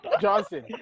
Johnson